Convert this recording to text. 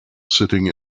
sitting